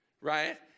right